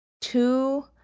two